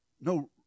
no